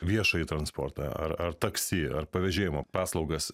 viešąjį transportą ar ar taksi ar pavėžėjimo paslaugas